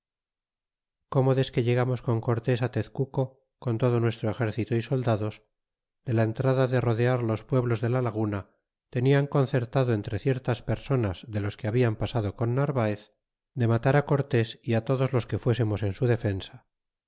como desque regamos con cortes á tezcuco con todo nuestro exército y soldados de la entrada de rodear los pueblos de la laguna tenian concertado entre ciertas personas de los que hablan pasado con narvaez de matar á cortés y á todos los que fuésemos en su defensa